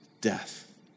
death